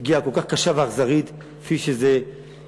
פגיעה כל כך קשה ואכזרית כפי שזה יבוא,